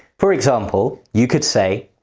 for example, you could say,